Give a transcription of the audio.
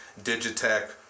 Digitech